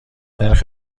نرخ